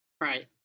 Right